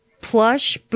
plush